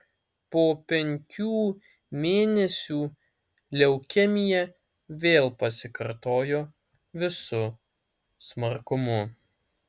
po penkių mėnesių leukemija vėl pasikartojo visu smarkumu